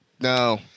No